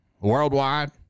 worldwide